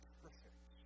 perfect